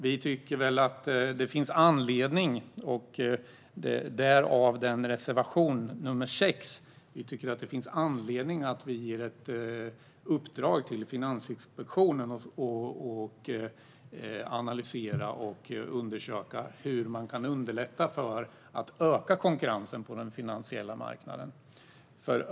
Vi tycker att det finns anledning att ge ett uppdrag till Finansinspektionen att analysera och undersöka hur man kan underlätta för ökad konkurrens på den finansiella marknaden - därav reservation 6.